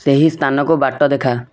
ସେହି ସ୍ଥାନକୁ ବାଟ ଦେଖା